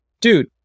dude